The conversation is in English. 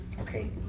Okay